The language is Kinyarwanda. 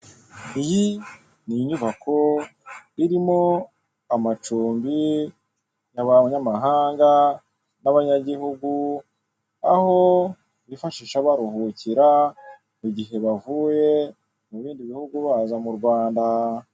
Iyi ni inyubako irimo amacumbi y'abanyamahanga n'abanyagihugu aho bifashisha baruhukira igihe bavuye mu bindi bihugu baza mu Rwanda.